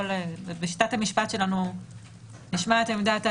בשיטת המשפט שלנו נשמעת עמדת התביעה,